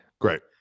great